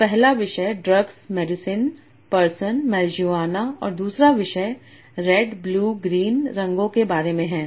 तो पहला विषय ड्रग्स मेडिसिनपर्सन मारीजुआना और दूसरा विषय रेडब्लूग्रीन रंगों के बारे में है